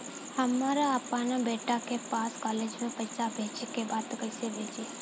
हमरा अपना बेटा के पास कॉलेज में पइसा बेजे के बा त कइसे होई?